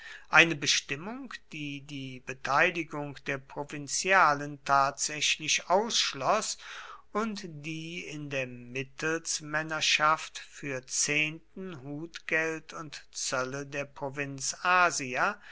eine bestimmung die die beteiligung der provinzialen tatsächlich ausschloß und die in der mittelsmännerschaft für zehnten hutgeld und zölle der provinz asia